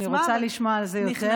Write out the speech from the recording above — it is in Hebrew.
אני רוצה לשמוע על זה יותר,